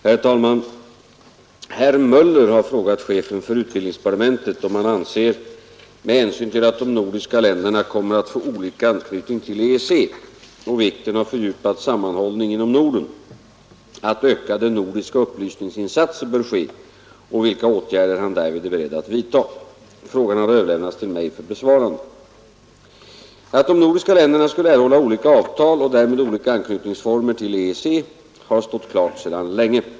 Herr talman! Herr Möller i Göteborg har frågat chefen för utbildningsdepartementet om hans anser, med hänsyn till att de nordiska länderna kommer att få olika anknytning till EEC och vikten av fördjupad sammanhållning inom Norden, att ökade nordiska upplysningsinsatser bör ske, och vilka åtgärder han därvid är beredd att vidtaga. Frågan har överlämnats till mig för besvarande. Att de nordiska länderna skulle erhålla olika avtal och därmed olika anknytningsformer till EEC har stått klart sedan länge.